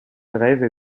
grève